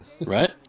Right